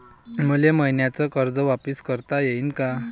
मले मईन्याचं कर्ज वापिस करता येईन का?